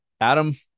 Adam